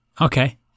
Okay